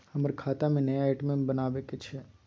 हमर खाता में नया ए.टी.एम बनाबै के छै?